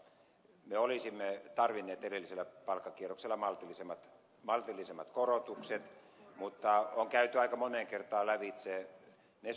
me olisimme tarvinneet edellisellä palkkakierroksella maltillisemmat korotukset mutta on käyty aika moneen kertaan lävitse ne syyt ja tekijät